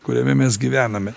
kuriame mes gyvename